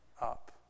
up